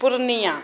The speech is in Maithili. पूर्णियाँ